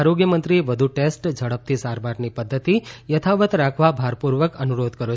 આરોગ્ય મંત્રીએ વધુ ટેસ્ટ ઝડપથી સારવારની પધ્ધતિ યથાવત રાખવા ભારપુર્વક અનુરોધ કર્યો